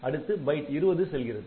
அடுத்து பைட் 20 செல்கிறது